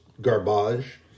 garbage